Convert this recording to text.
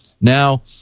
Now